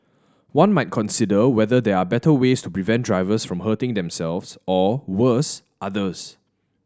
one might consider whether there are better ways to prevent drivers from hurting themselves or worse others